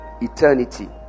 Eternity